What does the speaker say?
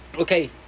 okay